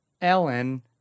Ellen